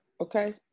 okay